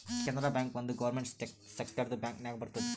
Canara bank ಒಂದ್ government ಸೆಕ್ಟರ್ದು bank ನಾಗ್ ಬರ್ತುದ್